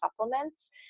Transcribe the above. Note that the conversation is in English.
supplements